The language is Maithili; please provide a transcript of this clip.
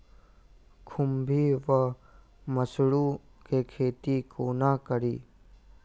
खुम्भी वा मसरू केँ खेती कोना कड़ी?